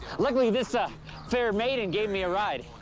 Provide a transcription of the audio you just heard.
luckily this ah fair maiden gave me a ride.